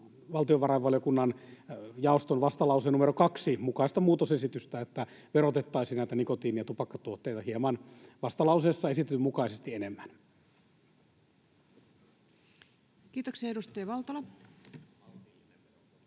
valtiovarainvaliokunnan jaoston vastalauseen numero 2 mukaista muutosesitystä, että verotettaisiin näitä nikotiini- ja tupakkatuotteita vastalauseessa esitetyn mukaisesti hieman enemmän. Kiitoksia. — Edustaja Valtola.